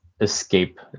escape